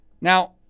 Now